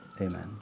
amen